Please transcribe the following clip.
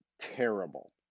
terrible